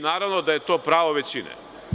Naravno, da je to pravo većine.